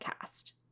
cast